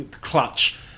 clutch